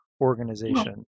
organization